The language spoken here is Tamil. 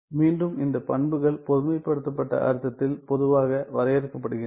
மீண்டும் இந்த பண்புகள் பொதுமைப்படுத்தப்பட்ட அர்த்தத்தில் பொதுவாக வரையறுக்கப்படுகின்றன